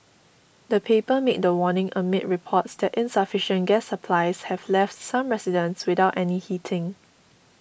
the paper made the warning amid reports that insufficient gas supplies have left some residents without any heating